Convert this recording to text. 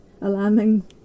alarming